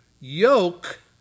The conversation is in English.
yoke